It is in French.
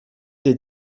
des